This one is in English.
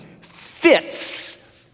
fits